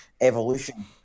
evolution